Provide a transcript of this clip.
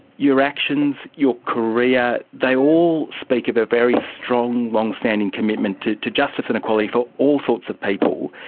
your actions, your career, they all speak of a very strong, long-standing commitment to to justice and equality for all sorts of people.